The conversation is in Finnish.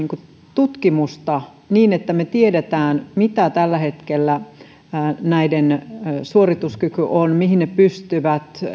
tutkimusta niin että me tiedämme mikä tällä hetkellä näiden suorituskyky on mihin ne pystyvät